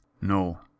No